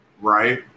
right